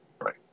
Right